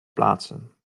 plaatsen